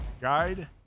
guide